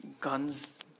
guns